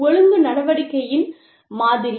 ஒழுங்கு நடவடிக்கையின் மாதிரி